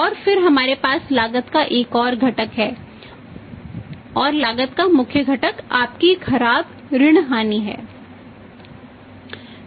और फिर हमारे पास लागत का एक और घटक है और लागत का मुख्य घटक आपकी खराब ऋण हानि है